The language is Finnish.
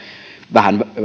vähän